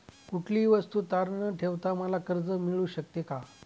कुठलीही वस्तू तारण न ठेवता मला कर्ज मिळू शकते का?